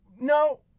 No